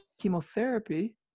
chemotherapy